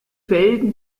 felgen